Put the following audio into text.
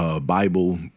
Bible